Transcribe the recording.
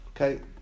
okay